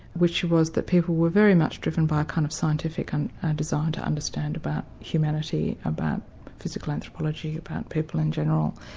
which was that people were very much driven by kind of scientific and a desire to understand about humanity, about physical anthropology, about people in general.